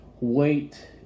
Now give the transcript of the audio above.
wait